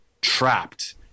trapped